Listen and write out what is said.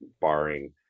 barring